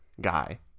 guy